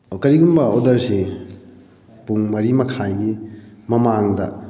ꯑꯣ ꯀꯔꯤꯒꯨꯝꯕ ꯑꯣꯗꯔꯁꯤ ꯄꯨꯡ ꯃꯔꯤ ꯃꯈꯥꯏꯒꯤ ꯃꯃꯥꯡꯗ